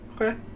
Okay